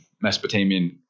mesopotamian